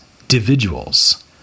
individuals